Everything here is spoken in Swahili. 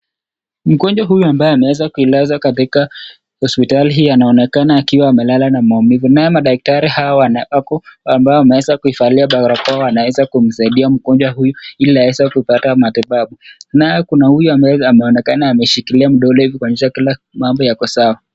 Mgonjwa huyu ambaye ameweza kuilazwa katika hospitali hii anaonekana akiwa amelala na maumivu naye madaktari hawa wako ambao wameweza kuivalia barakoa wanaweza kumsaidiya mgonjwa huyu ili aweze kuipata matibabu. Naye kuna huyu ambaye anaonekana ameshikilia mdole kuonyesha kila mambo yako sawa.